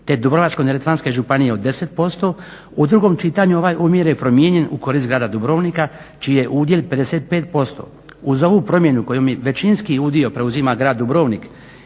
te Dubrovačko-neretvanske županije od 10% u drugom čitanju ovaj omjer je promijenjen u korist grada Dubrovnika čiji je udjel 55%. Uz ovu promjenu kojom većinski udio preuzima grad Dubrovnik